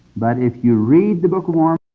but if you read the book of mormon